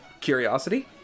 curiosity